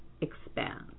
expand